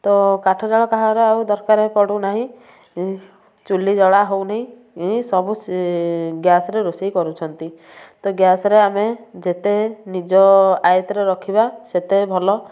ତ କାଠ ଜାଳ କାହାର ଆଉ ଦରକାର ପଡ଼ୁନାହିଁ ଚୁଲି ଜଳା ହେଉ ନାହିଁ ଏହି ସବୁ ସିଏ ଗ୍ୟାସ୍ରେ ରୋଷେଇ କରୁଛନ୍ତି ତ ଗ୍ୟାସ୍ରେ ଆମେ ଯେତେ ନିଜ ଆୟତ୍ତରେ ରଖିବା ସେତେ ଭଲ